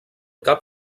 cap